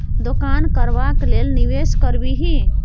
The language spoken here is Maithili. दोकान करबाक लेल निवेश करबिही